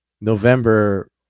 November